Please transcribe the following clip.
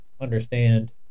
understand